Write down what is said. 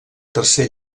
tercer